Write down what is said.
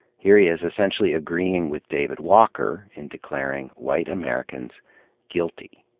here he is essentially agreeing with david walker in declaring white americans guilty.